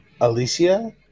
Alicia